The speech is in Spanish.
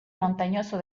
montañoso